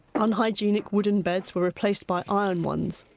unhygienic wooden beds were replaced by iron ones,